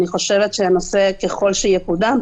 אני חושבת שהנושא ככל שיקודם,